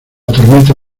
tormenta